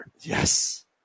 Yes